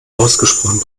ausgesprochen